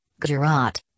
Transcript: Gujarat